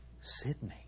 Sydney